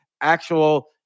actual